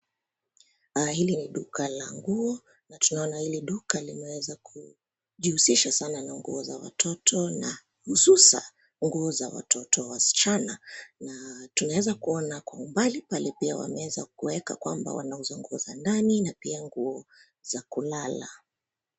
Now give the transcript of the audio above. Hili ni duka la nguo, na tunaona hili duka limeweza ku, jihusisha sana na nguo za watoto na, hususa, nguo za watoto wasichana, na, tunaweza kuona kwa umbali pale pia wameweza kuweka kwamba wanauza nguo za ndani na pia nguo, za kulala.